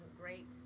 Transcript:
great